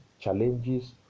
challenges